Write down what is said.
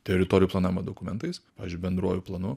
teritorijų planavimo dokumentais pavyzdžiui bendruoju planu